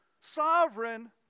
sovereign